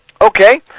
Okay